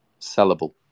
sellable